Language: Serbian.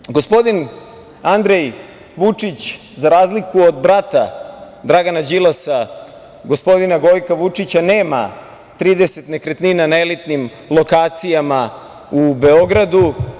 Dakle, gospodin Andrej Vučić, za razliku od brata Dragana Đilasa, gospodina Gojka Đilasa, nema 30 nekretnina na elitnim lokacijama u Beogradu.